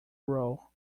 row